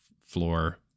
floor